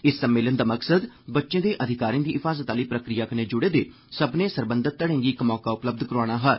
इस सम्मेलन दा मकसद बच्चें दे अधिकारें दी हिफाज़त आहली प्रक्रिया कन्नै जुड़े दे सब्मने सरबंधत धड़े गी इक मौका उपलब्ध करोआना हा